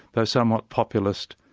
though somewhat populist,